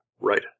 right